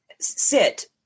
sit